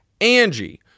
Angie